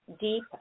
deep